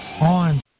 on